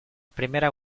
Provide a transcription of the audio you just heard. primera